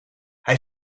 hij